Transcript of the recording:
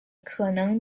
可能